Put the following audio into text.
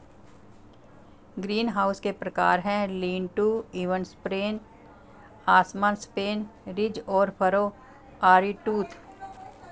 greenhouse के प्रकार है, लीन टू, इवन स्पेन, असमान स्पेन, रिज और फरो, आरीटूथ